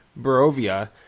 Barovia